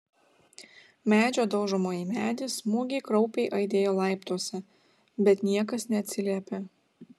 medžio daužomo į medį smūgiai kraupiai aidėjo laiptuose bet niekas neatsiliepė